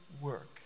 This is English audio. work